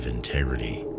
Integrity